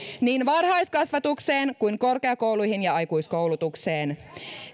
niin varhaiskasvatukseen kuin korkeakouluihin ja aikuiskoulutukseen